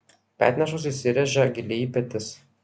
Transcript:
petnešos įsiręžia giliai į petis